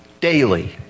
Daily